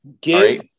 Give